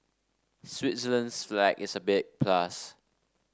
Switzerland's flag is a big plus